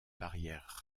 barrières